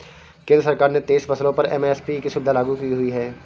केंद्र सरकार ने तेईस फसलों पर एम.एस.पी की सुविधा लागू की हुई है